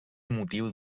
motiu